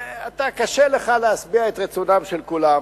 וקשה לך להשביע את רצון כולם.